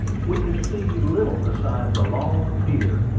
we could see little besides a long pier,